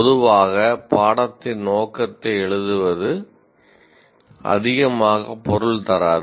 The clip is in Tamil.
பொதுவாக பாடத்தின் நோக்கத்தை எழுதுவது அதிகமாக பொருள் தராது